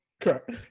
Correct